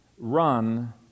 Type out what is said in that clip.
run